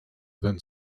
than